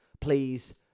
please